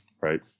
Right